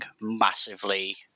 massively